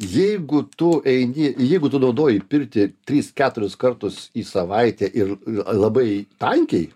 jeigu tu eini jeigu tu naudoji pirtį tris keturis kartus į savaitę ir labai tankiai